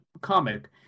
comic